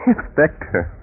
Inspector